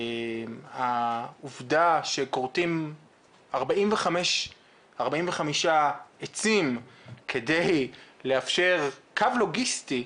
העובדה שכורתים 45 עצים כדי לאפשר קו לוגיסטי,